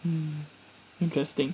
mm interesting